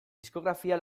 diskografia